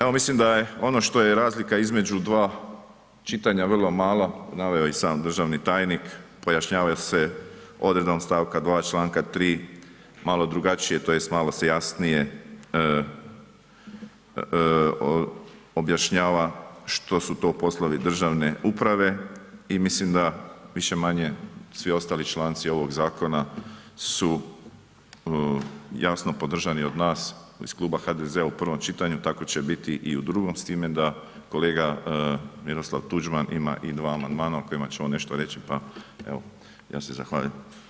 Evo mislim da je ono što je razlika između dva čitanja vrlo mala, naveo je i sam državni tajnik, pojašnjavaju se odredbom stavka 2. članka 3. malo drugačije, tj. malo se jasnije objašnjava što su to poslovi državne uprave i mislim da više-manje svi ostali članci ovog zakona su jasno podržani o nas, iz kluba HDZ-a u prvom čitanju, tako će biti i u drugom, s time da kolega Miroslav Tuđman ima i dva amandmana o kojima će on nešto reći pa evo, ja se zahvaljujem.